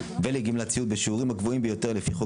ולגמלת סיעוד בשיעורים הגבוהים ביותר לפי חוק